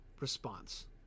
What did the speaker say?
response